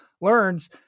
learns